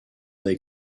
they